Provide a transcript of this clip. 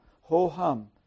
ho-hum